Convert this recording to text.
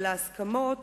ולהסכמות